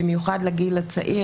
במיוחד לגיל הצעיר,